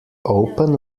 open